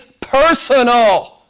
personal